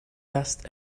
dust